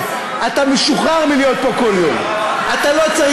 אתה לא בא.